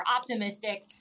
optimistic